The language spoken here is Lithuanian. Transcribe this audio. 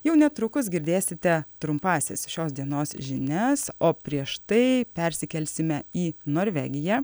jau netrukus girdėsite trumpąsias šios dienos žinias o prieš tai persikelsime į norvegiją